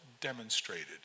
demonstrated